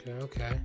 Okay